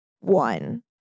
one